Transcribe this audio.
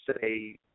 say